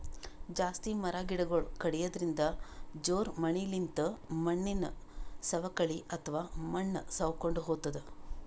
ಜಾಸ್ತಿ ಮರ ಗಿಡಗೊಳ್ ಕಡ್ಯದ್ರಿನ್ದ, ಜೋರ್ ಮಳಿಲಿಂತ್ ಮಣ್ಣಿನ್ ಸವಕಳಿ ಅಥವಾ ಮಣ್ಣ್ ಸವಕೊಂಡ್ ಹೊತದ್